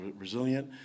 resilient